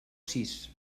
sis